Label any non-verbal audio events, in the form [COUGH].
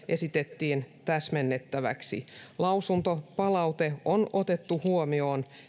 [UNINTELLIGIBLE] esitettiin täsmennettäväksi lausuntopalaute on otettu huomioon